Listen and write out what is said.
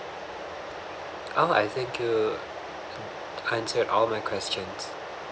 oh I think you answered all my questions